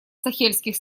сахельских